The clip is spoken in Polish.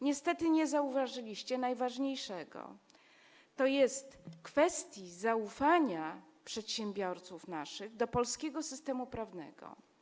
Niestety nie zauważyliście najważniejszego, tj. kwestii zaufania naszych przedsiębiorców do polskiego systemu prawnego.